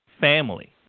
family